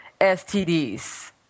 STDs